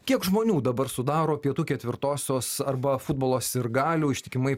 kiek žmonių dabar sudaro pietų ketvirtosios arba futbolo sirgalių ištikimai